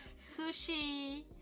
Sushi